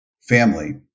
family